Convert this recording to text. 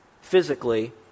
physically